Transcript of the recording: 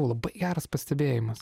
labai geras pastebėjimas